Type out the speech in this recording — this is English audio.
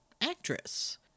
actress